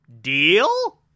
Deal